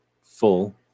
full